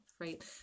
right